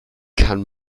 kann